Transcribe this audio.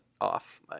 off